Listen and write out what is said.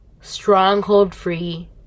stronghold-free